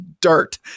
dirt